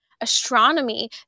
astronomy